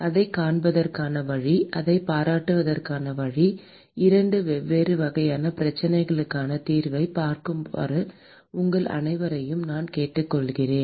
அதைக் காண்பதற்கான வழி அதைப் பாராட்டுவதற்கான வழி 2 வெவ்வேறு வகையான பிரச்சினைகளுக்கான தீர்வைப் பார்க்குமாறு உங்கள் அனைவரையும் நான் கேட்டுக்கொள்கிறேன்